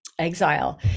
exile